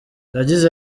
yagize